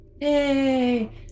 yay